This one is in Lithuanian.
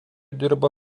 dirba